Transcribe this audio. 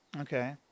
Okay